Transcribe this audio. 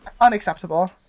unacceptable